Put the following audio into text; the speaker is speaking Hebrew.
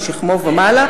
משכמו ומעלה,